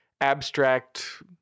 abstract